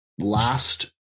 last